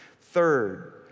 Third